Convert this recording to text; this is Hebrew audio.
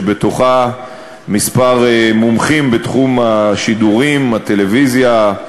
שבה כמה מומחים בתחום השידורים, הטלוויזיה,